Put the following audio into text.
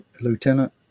Lieutenant